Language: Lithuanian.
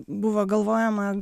buvo galvojama